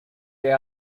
they